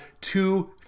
two